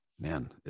man